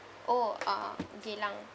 oh uh geylang